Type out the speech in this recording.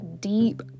deep